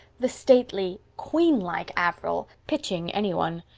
the stately, queen-like averil, pitching any one.